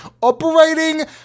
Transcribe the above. operating